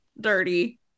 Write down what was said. dirty